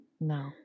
no